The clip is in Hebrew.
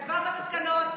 כתבה מסקנות,